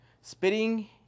Spitting